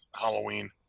Halloween